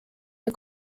der